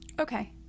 Okay